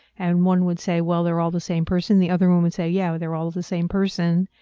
and one would say, well, they're all the same person. the other one would say, yeah, they're all the same person.